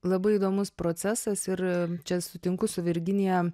labai įdomus procesas ir čia sutinku su virginija